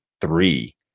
three